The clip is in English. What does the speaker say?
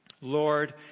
Lord